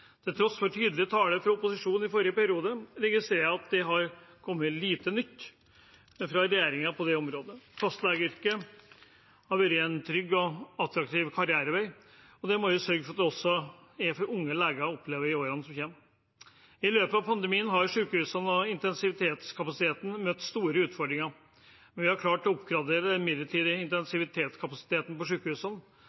Til tross for tydelig tale fra opposisjonen i forrige periode registrerer jeg at det har kommet lite nytt fra regjeringen på det området. Fastlegeyrket har vært en trygg og attraktiv karrierevei, og det må vi sørge for at det også oppleves som for unge leger i årene som kommer. I løpet av pandemien har sykehusene og intensivkapasiteten møtt store utfordringer. Vi har klart å oppgradere den midlertidige